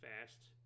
fast